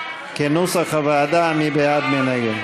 כנוסח הוועדה, מי בעד, מי נגד?